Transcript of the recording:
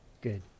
good